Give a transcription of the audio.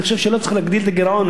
אני חושב שלא צריך להגדיל את הגירעון.